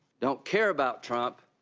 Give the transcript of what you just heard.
don't care about trump,